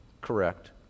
correct